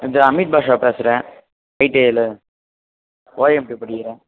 வந்து அமித் பாட்ஷா பேசுகிறேன் ஐடிஐயில் ஓஎம்டி படிக்கின்றேன்